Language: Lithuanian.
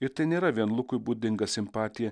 ir tai nėra vien lukui būdinga simpatija